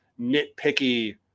nitpicky